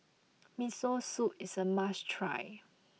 Miso Soup is a must try